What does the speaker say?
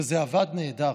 וזה עבד נהדר.